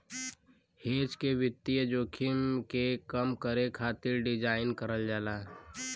hedge के वित्तीय जोखिम के कम करे खातिर डिज़ाइन करल जाला